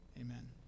Amen